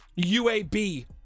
UAB